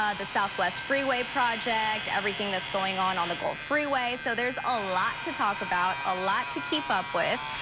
ah the southwest freeway project, everything that's going on on the gulf freeway so there's a lot to talk about, a lot to keep up with,